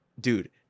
dude